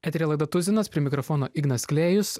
eteryje laida tuzinas prie mikrofono ignas klėjus